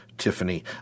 Tiffany